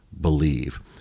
believe